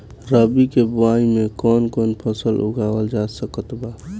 रबी के बोआई मे कौन कौन फसल उगावल जा सकत बा?